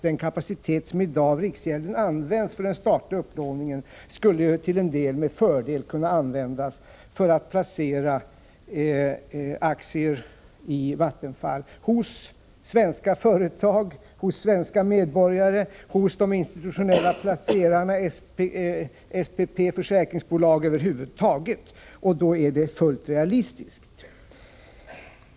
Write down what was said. Den kapacitet som i dag av riksgälden används för den statliga upplåningen skulle till en del med fördel kunna användas för att placera aktier i Vattenfall hos svenska företag, hos svenska medborgare, hos de institutionella placerarna, SPP och försäkringsbolag över huvud taget. Har man detta perspektiv är vårt förslag fullt realistiskt.